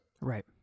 right